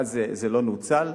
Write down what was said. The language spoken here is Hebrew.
ואז זה לא נוצל.